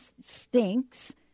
stinks